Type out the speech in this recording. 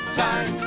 time